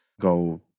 go